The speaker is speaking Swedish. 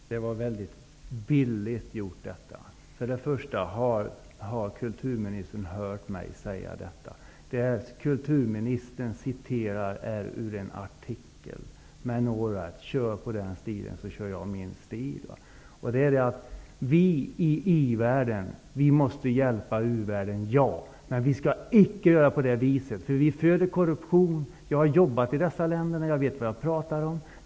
Fru talman! Detta var väldigt billigt gjort. För det första vill jag fråga om kulturministern har hört mig säga detta. Det kulturministern citerar är hämtat ur en artikel. Men all right, kör på med den stilen, så kör jag min stil. Vi i i-världen måste hjälpa u-världen, ja. Men vi skall icke göra det på detta vis, därför att vi föder korruption. Jag har jobbat i dessa länder, så jag vet vad jag pratar om.